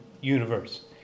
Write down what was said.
universe